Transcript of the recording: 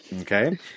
Okay